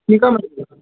ठीक आ मैडम